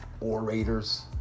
Orators